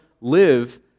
live